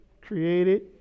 Created